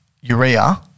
urea